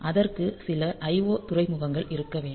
அதற்கு சில IO துறைமுகங்கள் இருக்க வேண்டும்